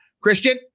Christian